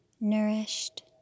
nourished